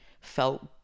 felt